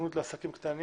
הסוכנות לעסקים קטנים.